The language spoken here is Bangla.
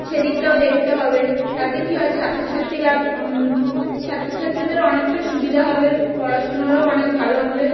সেদিকটাও দেখতে হবে তাতে কী হয় ছাত্র ছাত্রীরা ছাত্র ছাত্রীদের অনেকটা সুবিধা হবে পড়াশুনোরও অনেক ভালো হবে